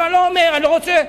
אני רוצה,